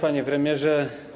Panie Premierze!